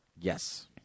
yes